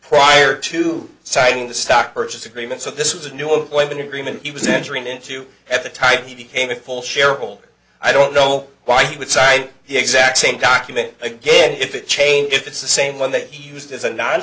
prior to signing the stock purchase agreement so this was a new employment agreement he was entering into at the time he became a full shareholder i don't know why he would cite the exact same document again if it changed if it's the same one that he used as a non